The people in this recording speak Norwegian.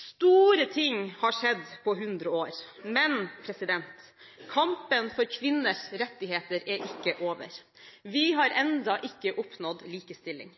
Store ting har skjedd på 100 år, men kampen for kvinners rettigheter er ikke over. Vi har enda ikke oppnådd likestilling.